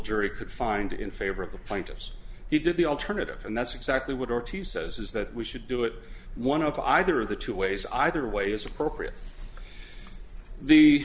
jury could find in favor of the plaintiffs he did the alternative and that's exactly what ortiz says is that we should do it one of either of the two ways either way is appropriate the